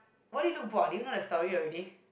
why did you look bored do you know the story already